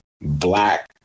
black